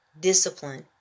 discipline